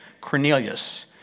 Cornelius